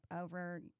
over